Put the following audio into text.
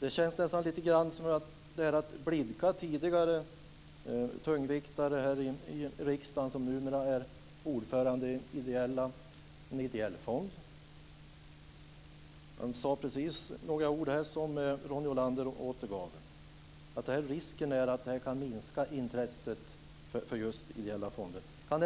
Det känns som att blidka en tidigare tungviktare i riksdagen som numera är ordförande i en ideell fond. Han har sagt några ord som Ronny Olander har återgett. Risken är att intresset för ideella fonder kan